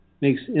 makes